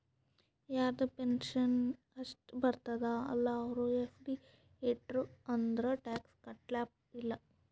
ಯಾರದು ಪೆನ್ಷನ್ ಅಷ್ಟೇ ಬರ್ತುದ ಅಲ್ಲಾ ಅವ್ರು ಎಫ್.ಡಿ ಇಟ್ಟಿರು ಅಂದುರ್ ಟ್ಯಾಕ್ಸ್ ಕಟ್ಟಪ್ಲೆ ಇಲ್ಲ